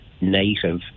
native